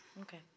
Okay